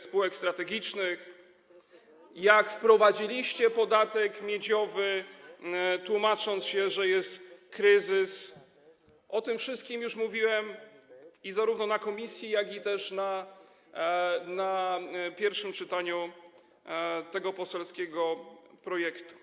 spółek strategicznych, jak wprowadziliście podatek miedziowy, tłumacząc, że jest kryzys, o tym wszystkim już mówiłem zarówno w komisji, jak i w pierwszym czytaniu tego poselskiego projektu.